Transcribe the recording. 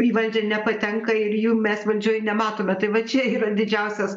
į valdžią nepatenka ir jų mes valdžioj nematome tai va čia yra didžiausias